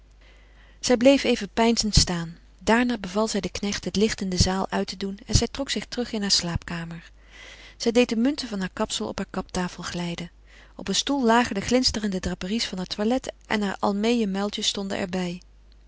zij bleef even peinzend staan daarna beval zij den knecht het licht in de zaal uit te doen en trok zij zich terug in hare slaapkamer zij deed de munten van haar kapsel op heur kaptafel glijden op een stoel lagen de glinsterende draperies van heur toilet en hare almeeënmuiltjes stonden er